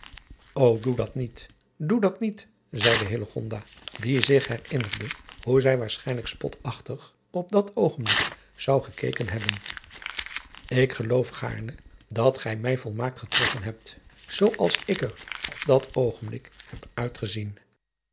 ô oe dat niet doe dat niet zeide die zich herinnerde hoe zij waarschijnlijk spotachtig op dat oogenblik zou gekeken hebben k geloof gaarne dat gij mij volmaakt getroffen hebt zoo als ik er op dat oogenblik heb uitgezien